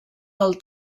del